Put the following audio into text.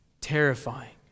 terrifying